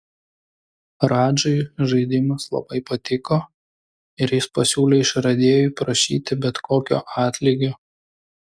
radžai žaidimas labai patiko ir jis pasiūlė išradėjui prašyti bet kokio atlygio